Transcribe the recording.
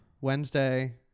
Wednesday